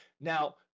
Now